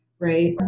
Right